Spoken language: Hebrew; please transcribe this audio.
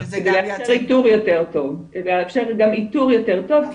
כדי לאפשר גם איתור יותר טוב,